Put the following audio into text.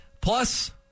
plus